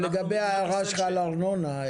לגבי ההערה שלך על הארנונה,